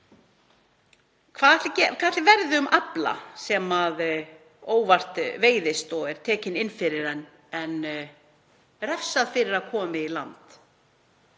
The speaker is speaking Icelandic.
Hvað ætli verði um afla sem óvart veiðist og er tekinn inn fyrir en er refsað fyrir að koma með í land?